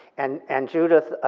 and and judith,